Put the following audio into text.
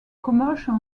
commercial